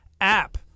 app